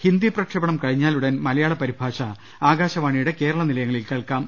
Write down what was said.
ഹിന്ദി പ്രക്ഷേപണം കഴിഞ്ഞയുടൻ മലയാള പരിഭാഷ ആകാശവാണിയുടെ കേരള നിലയങ്ങളിൽ കേൾക്കാം